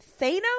Thanos